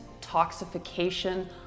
toxification